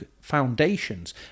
foundations